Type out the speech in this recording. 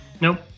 Nope